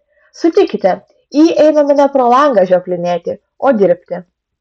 sutikite į jį einame ne pro langą žioplinėti o dirbti